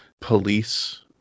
police